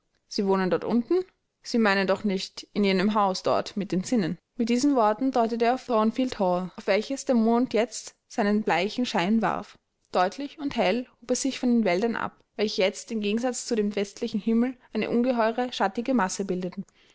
sie wohnen dort unten sie meinen doch nicht in jenem hause dort mit den zinnen mit diesen worten deutete er auf thornfield hall auf welches der mond jetzt seinen bleichen schein warf deutlich und hell hob es sich von den wäldern ab welche jetzt im gegensatz zu dem westlichen himmel eine ungeheure schattige masse bildeten